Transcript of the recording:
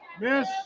Miss